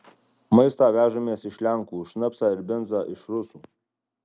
maistą vežamės iš lenkų šnapsą ir benzą iš rusų